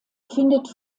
findet